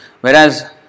Whereas